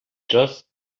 just